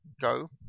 go